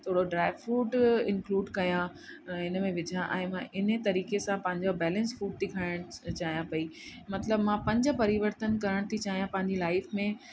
थोरो dry fruit include कयां इन में विझा ऐं मां इन तरीक़े सां पंहिंजो बैलेंस फूड थी खाइणु चाहियां पई मतिलबु मां पंज परिवर्तन करण थी चाहियां पंहिंजी लाइफ में